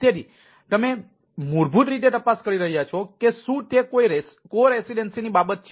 તેથી તમે મૂળભૂત રીતે તપાસ કરી રહ્યા છો કે શું તે કોઈ કો રેસીડેન્સી ની બાબત છે